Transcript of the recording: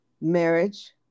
marriage